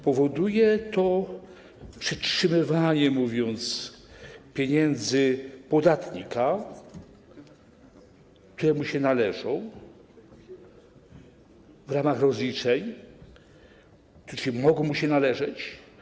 Powoduje to przetrzymywanie pieniędzy podatnika, które mu się należą w ramach rozliczeń, które mogą mu się należeć.